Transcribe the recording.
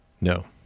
No